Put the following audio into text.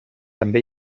també